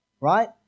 right